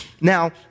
Now